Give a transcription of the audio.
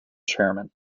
chairman